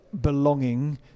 belonging